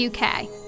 UK